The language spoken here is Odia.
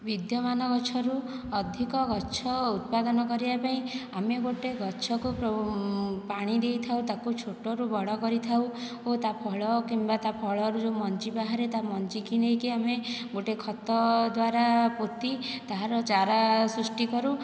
ବିଦ୍ୟମାନ ଗଛରୁ ଅଧିକ ଗଛ ଉତ୍ପାଦନ କରିବା ପାଇଁ ଆମେ ଗୋଟେ ଗଛକୁ ପାଣି ଦେଇଥାଉ ତାକୁ ଛୋଟ ରୁ ବଡ଼ କରିଥାଉ ଓ ତା ଫଳ କିମ୍ବା ତା ଫଳ ରୁ ଯୋଉ ମଞ୍ଜି ବାହାରେ ତା ମଞ୍ଜି କି ନେଇକି ଆମେ ଗୋଟେ ଖତ ଦ୍ୱାରା ପୋତି ତାହାର ଚାରା ସୃଷ୍ଟି କରୁ